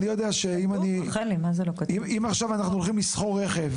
אני יודע שאם עכשיו אנחנו הולכים לשכור רכב,